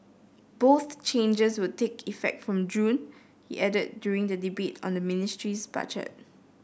both changes will take effect from June he added during the debate on the ministry's budget